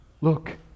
look